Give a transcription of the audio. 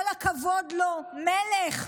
כל הכבוד לו, מלך.